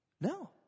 No